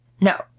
No